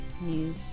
new